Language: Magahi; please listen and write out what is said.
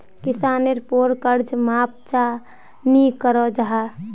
किसानेर पोर कर्ज माप चाँ नी करो जाहा?